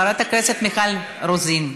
חברת הכנסת מיכל רוזין,